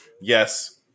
Yes